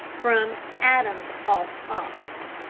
from adam's off ox.